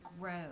grow